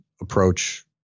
approach